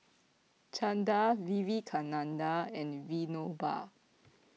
Chanda Vivekananda and Vinoba